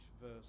verse